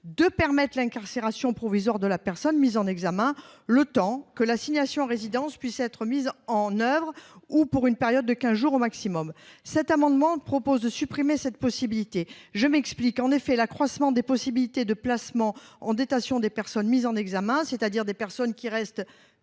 à permettre l'incarcération provisoire de la personne mise en examen, le temps que l'assignation à résidence puisse être mise en oeuvre, ou pour une période de quinze jours au maximum. Cet amendement vise à supprimer une telle possibilité. En effet, l'accroissement des possibilités de placement en détention des personnes mises en examen, c'est-à-dire de personnes qui restent